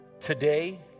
today